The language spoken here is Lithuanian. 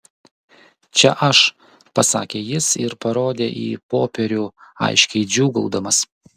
čia aš pasakė jis ir parodė į popierių aiškiai džiūgaudamas